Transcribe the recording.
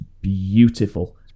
beautiful